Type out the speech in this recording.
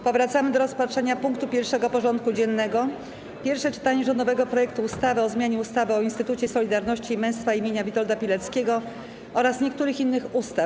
Powracamy do rozpatrzenia punktu 1. porządku dziennego: Pierwsze czytanie rządowego projektu ustawy o zmianie ustawy o Instytucie Solidarności i Męstwa imienia Witolda Pileckiego oraz niektórych innych ustaw.